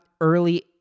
early